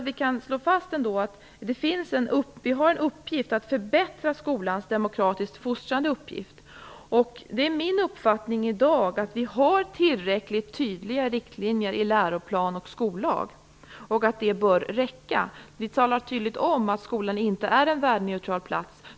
Vi kan slå fast att vi har en uppgift att förbättra skolans demokratiskt fostrande uppgift. Min uppfattning är att vi har tillräckligt tydliga riktlinjer i läroplan och skollag och att det bör räcka. Vi talar tydligt om att skolan inte är en värdeneutral plats.